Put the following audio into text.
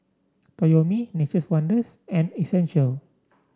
Toyomi Nature's Wonders and Essential